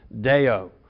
Deo